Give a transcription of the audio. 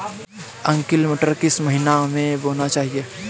Arkel मटर किस महीना में बोना चाहिए?